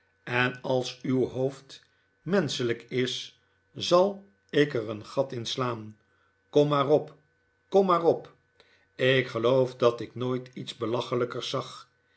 en als uw hoofd menschelijk is zal ik er een gat in slaan kom maar op kom maar op ik geloof dat ik nooit iets belachelijkers zag